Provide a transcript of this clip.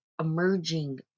emerging